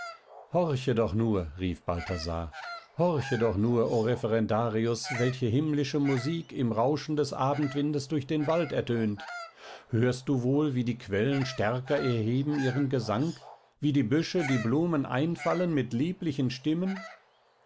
horche doch nur rief balthasar horche doch nur o referendarius welche himmlische musik im rauschen des abendwindes durch den wald ertönt hörst du wohl wie die quellen stärker erheben ihren gesang wie die büsche die blumen einfallen mit lieblichen stimmen